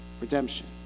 redemption